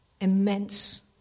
immense